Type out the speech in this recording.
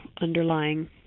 underlying